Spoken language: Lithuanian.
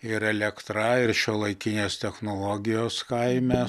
ir elektra ir šiuolaikinės technologijos kaime